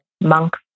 monk